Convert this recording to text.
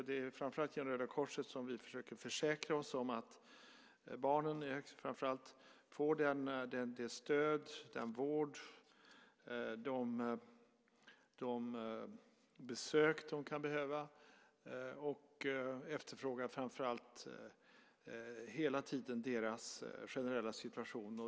Det är framför allt genom Röda Korset som vi försöker försäkra oss om att barnen får det stöd, den vård, de besök de kan behöva. Vi efterfrågar också hela tiden deras generella situation.